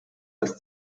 das